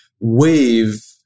wave